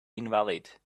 invalid